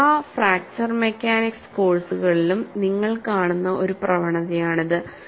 എല്ലാ fracture mechanics കോഴ്സുകളിലും നിങ്ങൾ കാണുന്ന ഒരു പ്രവണതയാണിത്